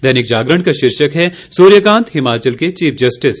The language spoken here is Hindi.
दैनिक जागरण का शीर्षक है सूर्यकांत हिमाचल के चीफ जस्टिस